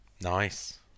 Nice